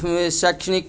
शैक्षणिक